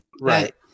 Right